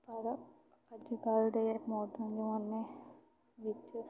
ਪਰ ਅੱਜ ਕੱਲ੍ਹ ਦੇ ਮੋਡਰਨ ਜਮਾਨੇ ਵਿੱਚ